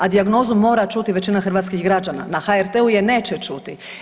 A dijagnozu mora čuti većina hrvatskih građana, na HRT-u ih neće čuti.